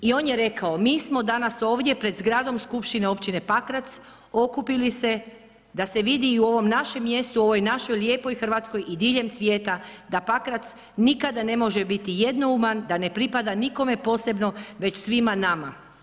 I on je rekao: „Mi smo danas ovdje pred zgradom Skupštine općine Pakrac, okupili se, da se vidi i u ovom našem mjestu, u ovoj našoj lijepoj Hrvatskoj i diljem svijeta da Pakrac nikada ne može biti jednouman, da ne pripada nikome posebno već svima nama.